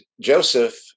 Joseph